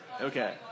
Okay